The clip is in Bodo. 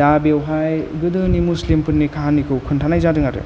दा बेवहाय गोदोनि मुसलिमफोरनि काहानिखौ खोन्थानाय जादों आरो